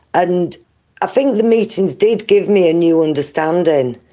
and i think the meetings did give me a new understanding.